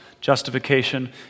justification